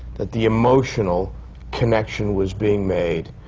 that the emotional connection was being made,